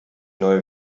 neue